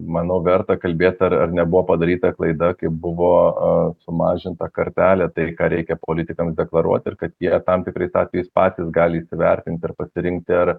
manau verta kalbėti ar ar nebuvo padaryta klaida kai buvo sumažinta kartelė tai ką reikia politikams deklaruoti ir kad jie tam tikrais atvejais patys gali vertinti ir pasirinkti ar